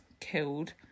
killed